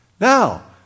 Now